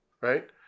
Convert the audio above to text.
right